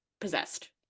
possessed